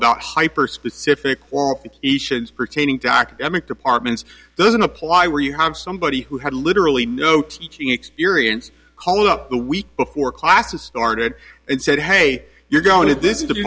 about hyper specific qualifications pertaining to departments doesn't apply where you have somebody who had literally no teaching experience call up the week before classes started and said hey you're going to